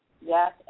Yes